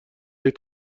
عید